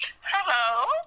hello